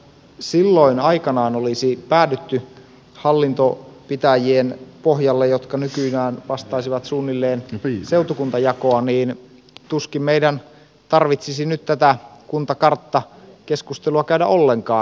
jos silloin aikanaan olisi päädytty hallintopitäjien pohjalle jotka nykyään vastaisivat suunnilleen seutukuntajakoa niin tuskin meidän tarvitsisi nyt tätä kuntakarttakeskustelua käydä ollenkaan